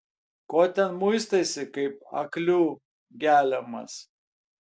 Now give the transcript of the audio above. ko ten muistaisi kaip aklių geliamas